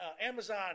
Amazon